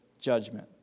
judgment